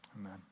amen